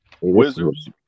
Wizards